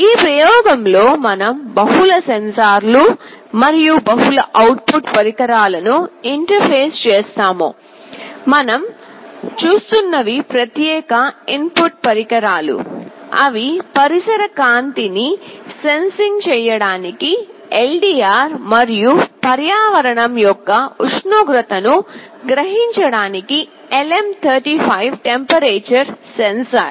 ఈ ప్రయోగంలో మనం బహుళ సెన్సార్లు మరియు బహుళ అవుట్ పుట్ పరికరాలను ఇంటర్ఫేస్ చేస్తాము మనం చూస్తున్నవి ప్రత్యేక ఇన్పుట్ పరికరాలు అవి పరిసర కాంతి ని సెన్సింగ్ చేయడానికి LDR మరియు పర్యావరణం యొక్క ఉష్ణోగ్రతను గ్రహించడానికి LM35 టెంపరేచర్ సెన్సార్